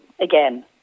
again